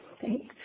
Thanks